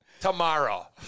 tomorrow